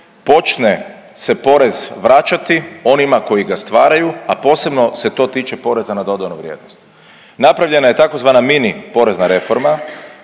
počne se porez vraćati onima koji ga stvaraju, a posebno se to tiče poreza na dodanu vrijednost. Napravljena je tzv. mini porezna reforma